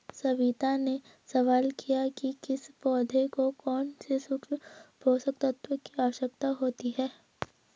सविता ने सवाल किया कि किस पौधे को कौन से सूक्ष्म पोषक तत्व की आवश्यकता होती है